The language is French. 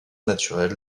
naturel